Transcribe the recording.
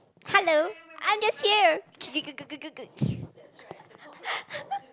hello I'm just here